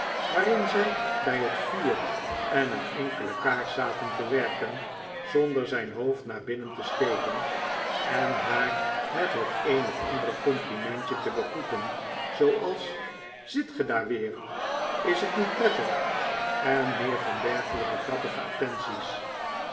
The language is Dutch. waarin zij bij het vuur en een enkele kaars zaten te werken zonder zijn hoofd naar binnen te steken en haar met het een of andere complimentje te begroeten zooals zit ge daar weer is het niet prettig en meer van dergelijke grappige attenties